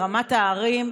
לרמת הערים,